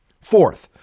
Fourth